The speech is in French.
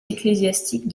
ecclésiastique